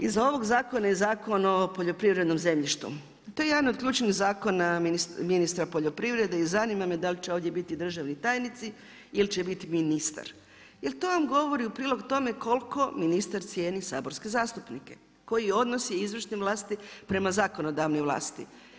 Iz ovog zakona i Zakona o poljoprivrednom zemljištu, to je jedan od ključnih zakona ministra poljoprivrede i zanima da li će ovdje biti državni tajnici ili će biti ministar jer to vam govori u prilog tome koliko ministar cijeni saborske zastupnike, koji je odnos izvršne vlasti prema zakonodavnoj vlasti.